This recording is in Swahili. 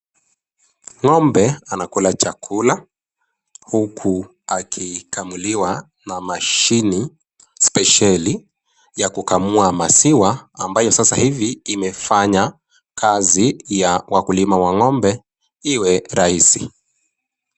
Ng'ombe anakula chakula huku akikamuliwa na mashini spesheli ya kukamua maziwa ambayo sasa imefanya kazi ya wakulima wa ng'ombe iwe rahisi.